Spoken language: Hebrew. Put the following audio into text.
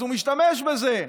אז הוא משתמש בזה.